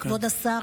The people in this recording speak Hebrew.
כבוד השר,